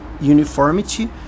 uniformity